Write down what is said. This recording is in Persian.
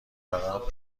برام